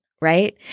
Right